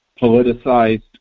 politicized